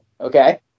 okay